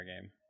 game